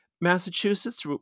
Massachusetts